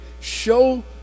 show